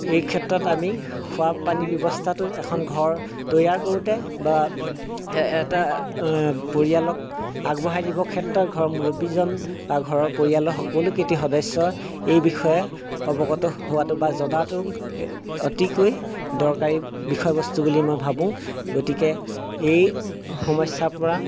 এই ক্ষেত্ৰত আমি খোৱা পানী ব্যৱস্থাটো এখন ঘৰ তৈয়াৰ কৰোঁতে বা এটা পৰিয়ালক আগবঢ়াই দিবৰ ক্ষেত্ৰত ঘৰৰ মুৰব্বীজন বা ঘৰৰ পৰিয়ালৰ সকলোকেইটি সদস্যই এই বিষয়ে অৱগত হোৱাতো বা জনাতো অতিকৈ দৰকাৰী বিষয়বস্তু বুলি মই ভাবোঁ গতিকে এই সমস্যাৰ পৰা